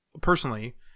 personally